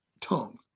tongue